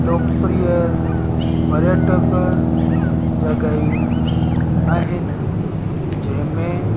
लोकप्रिय पर्यटक जॻहयूं आहिनि जंहिं में